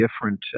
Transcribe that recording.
different